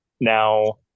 Now